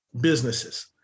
businesses